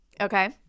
Okay